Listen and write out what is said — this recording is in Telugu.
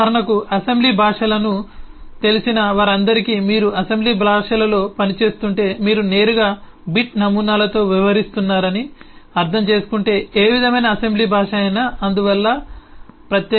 ఉదాహరణకు అసెంబ్లీ భాషలను తెలిసిన వారందరికీ మీరు అసెంబ్లీ భాషలలో పనిచేస్తుంటే మీరు నేరుగా బిట్ నమూనాలతో వ్యవహరిస్తున్నారని అర్థం చేసుకుంటే ఏ విధమైన అసెంబ్లీ భాష అయినా అందువల్ల ప్రత్యేకమైన రకం లేదు